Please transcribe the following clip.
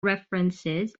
references